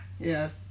Yes